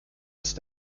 ist